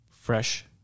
fresh